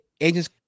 agents